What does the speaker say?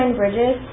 bridges